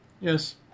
Yes